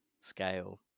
scale